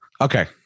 Okay